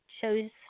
shows